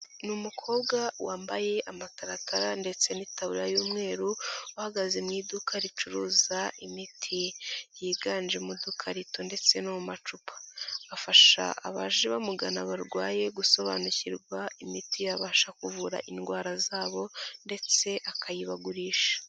Ni umukobwa wambaye amataratara ndetse n'itabura y'umweru, uhagaze mu iduka ricuruza imiti yiganje mu dukarito ndetse no mu macupa. Afasha abaje bamugana barwaye gusobanukirwa imiti yabasha kuvura indwara zabo ndetse akayibagurisha.